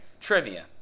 Trivia